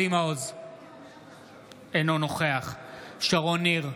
אינו נוכח שרון ניר,